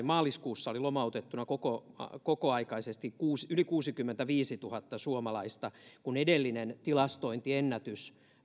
maaliskuussa lomautettuna kokoaikaisesti yli kuusikymmentäviisituhatta suomalaista kun edellinen tilastointiennätys